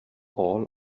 all